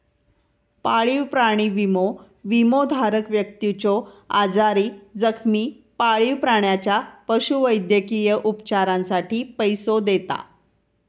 पाळीव प्राणी विमो, विमोधारक व्यक्तीच्यो आजारी, जखमी पाळीव प्राण्याच्या पशुवैद्यकीय उपचारांसाठी पैसो देता